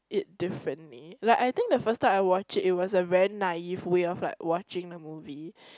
it differently like I think the first time I watched it it was a very naive way of like watching the movie